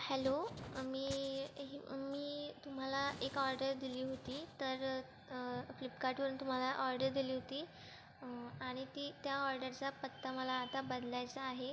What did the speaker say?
hello मी ही मी तुम्हाला एक ऑर्डर दिली होती तर फ्लिपकार्टवरून तुम्हाला ऑर्डर दिली होती आणि ती त्या ऑर्डरचा पत्ता मला आता बदलायचा आहे